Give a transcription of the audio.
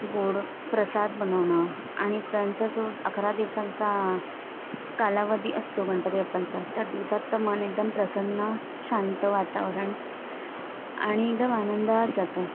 गोड प्रसाद बनवणं आणि त्यांचा जो अकरा दिवसांचा कालावधी असतो गणपती बपांचा त्या दिवसात तर मन एकदम प्रसन्न शांत वातावरण आणि एकदम आनंद जातं